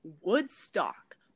Woodstock